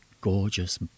gorgeous